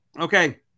Okay